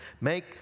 Make